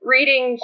Reading